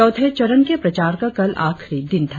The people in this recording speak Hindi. चौथे चरण के प्रचार का कल आखिरी दिन था